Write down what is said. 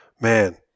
man